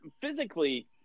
physically